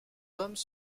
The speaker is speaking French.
hommes